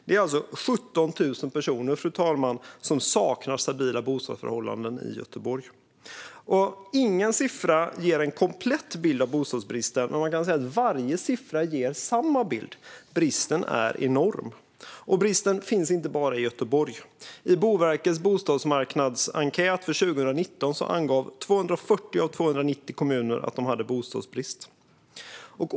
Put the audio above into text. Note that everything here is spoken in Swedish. Det är alltså 17 000 personer, fru talman, som saknar stabila bostadsförhållanden i Göteborg. Ingen siffra ger en komplett bild av bostadsbristen, men man kan säga att varje siffra ger samma bild, nämligen att bristen är enorm. Bristen finns inte heller bara i Göteborg; i Boverkets bostadsmarknadsenkät för 2019 angav 240 av 290 kommuner att de hade bostadsbrist.